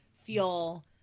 feel